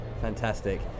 fantastic